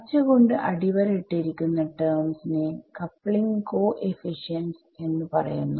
പച്ച കൊണ്ട് അടിവര ഇട്ടിരിക്കുന്ന ടെർമ്സ് നെ കപ്പ്ളിങ്ങ് കോഎഫിഷിയന്റ്സ്എന്ന് പറയുന്നു